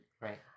Right